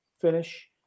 finish